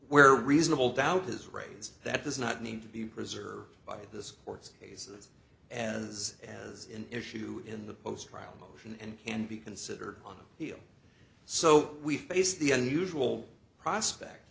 where reasonable doubt is raised that does not need to be preserved by this court's cases as as an issue in the post trial motion and can be considered on feel so we face the unusual prospect